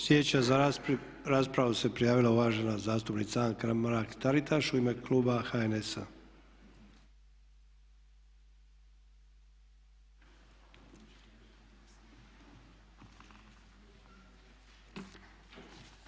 Slijedeća za raspravu se prijavila uvažena zastupnica Anka Mrak Taritaš u ime kluba HNS-a.